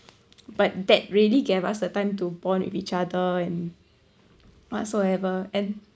but that really gave us a time to bond with each other and whatsoever and